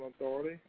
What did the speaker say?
Authority